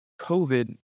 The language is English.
COVID